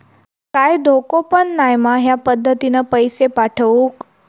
काय धोको पन नाय मा ह्या पद्धतीनं पैसे पाठउक?